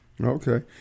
okay